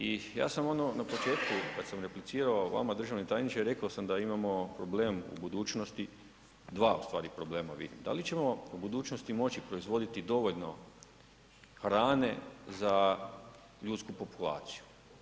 I ja sam ono na početku kad sam replicirao vama državni tajniče reko sam da imamo problem u budućnosti, dva u stvari problema vidim, da li ćemo u budućnosti moći proizvoditi dovoljno hrane za ljudsku populaciju?